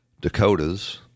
Dakotas